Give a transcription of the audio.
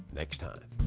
next time.